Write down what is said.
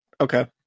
okay